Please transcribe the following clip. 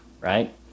right